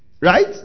Right